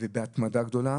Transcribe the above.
ובהתמדה גדולה